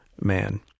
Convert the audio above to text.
man